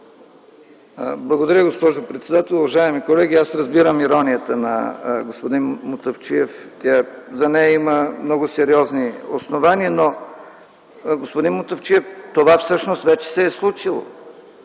Благодаря, госпожо председател. Уважаеми колеги, разбирам иронията на господин Мутафчиев. За нея има много сериозни основания. Но, господин Мутафчиев, това всъщност вече се е случило.